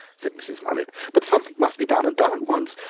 said mrs. mullet, but something must be done, and done at once.